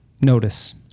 notice